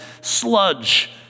sludge